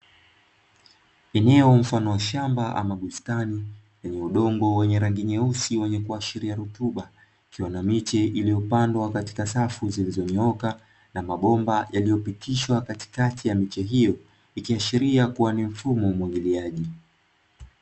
Eneo mfano wa shamba ama bustani lenye udongo wenye rangi nyeusi wenye kuashiria rutuba, kukiwa na miche iliyopandwa katika safu zilizonyooka na mabomba yaliyopitishwa katika ya miche hiyo, ikiashiria kuwa ni mfumo wa umwagiliaji.